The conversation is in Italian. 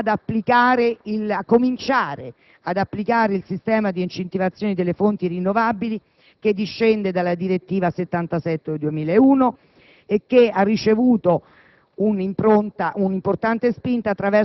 Si comincia finalmente ad applicare il sistema di incentivazione delle fonti rinnovabili che discende dalla direttiva CE n. 77 del 2001 e che ha ricevuto